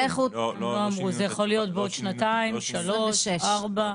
זה יכול להיות בעוד שנתיים, שלוש, ארבע.